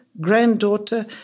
granddaughter